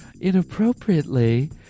inappropriately